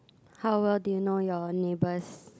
how well do you know your neighbours